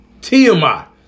TMI